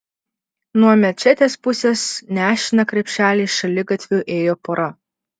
nuo mečetės pusės nešina krepšeliais šaligatviu ėjo pora